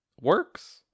works